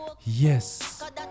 Yes